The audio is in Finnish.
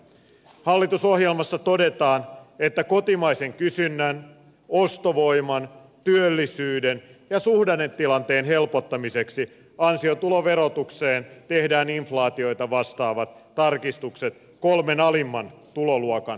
hallitusohjelmassa todetaan että kotimaisen kysynnän ostovoiman työllisyyden ja suhdannetilanteen helpottamiseksi ansiotuloverotukseen tehdään inflaatiota vastaavat tarkistukset kolmen alimman tuloluokan osalta